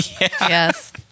yes